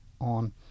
on